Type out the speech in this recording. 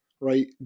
right